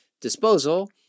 disposal